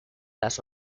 las